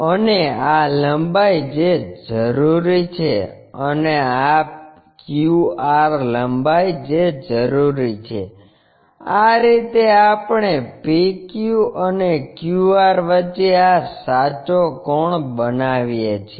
અને આ લંબાઈ જે જરૂરી છે અને આ QR લંબાઈ જે જરૂરી છે આ રીતે આપણે PQ અને QR વચ્ચે આ સાચો કોણ બનાવીએ છીએ